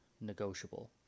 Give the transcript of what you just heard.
negotiable